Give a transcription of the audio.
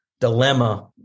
dilemma